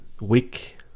Week